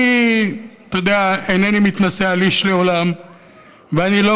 אני אינני מתנשא על איש לעולם ואני לא